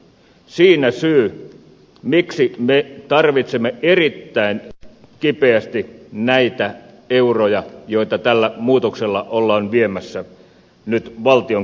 siinä syy miksi me tarvitsemme erittäin kipeästi näitä euroja joita tällä muutoksella ollaan viemässä nyt valtion kirstuun